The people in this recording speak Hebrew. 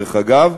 דרך אגב,